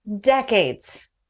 decades